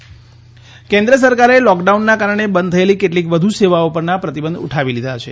lockdown સેવાઓ કેન્દ્ર સરકારે લોકડાઉનના કારણે બંધ થયેલી કેટલીક વધુ સેવાઓ પરના પ્રતિબંધ ઉઠાવી લીધા છે